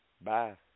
bye